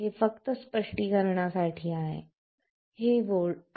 हे फक्त स्पष्टीकरणासाठी आहे